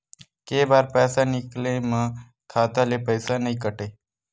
के बार पईसा निकले मा खाता ले पईसा नई काटे?